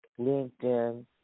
LinkedIn